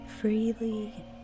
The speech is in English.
freely